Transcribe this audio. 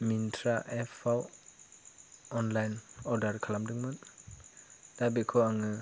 मिनट्रा एफाव online order खालामदोंमोन दा बेखौ आङो